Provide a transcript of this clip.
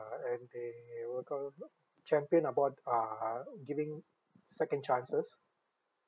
uh and they were call champion about uh giving second chances